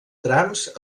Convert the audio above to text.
trams